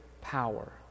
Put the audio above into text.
power